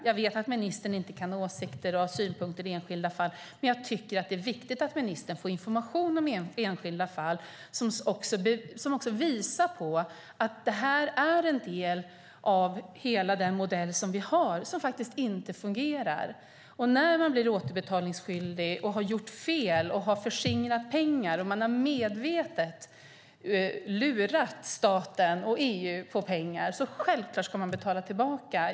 Jag vet att ministern inte kan ha åsikter om och synpunkter på enskilda fall, men jag tycker att det är viktigt att ministern får information om enskilda fall som visar på att detta är en del av hela den modell vi har som faktiskt inte fungerar. När man blir återbetalningsskyldig och har gjort fel - om man har förskingrat pengar och medvetet lurat staten och EU på pengar - ska man självklart betala tillbaka.